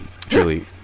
Truly